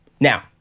Now